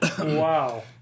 Wow